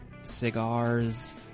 Cigars